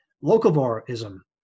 localism